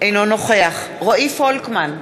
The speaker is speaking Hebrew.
אינו נוכח רועי פולקמן,